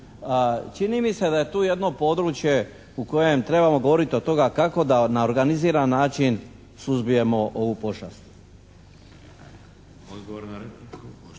Čini mi se da je tu jedno područje u kojem trebamo govoriti od toga kako da na organiziran način suzbijemo ovu pošast.